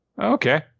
Okay